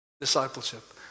discipleship